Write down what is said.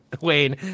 Wayne